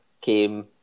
came